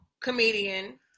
comedian